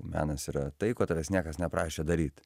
menas yra tai ko tavęs niekas neprašė daryti